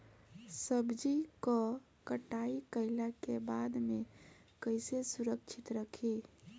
सब्जी क कटाई कईला के बाद में कईसे सुरक्षित रखीं?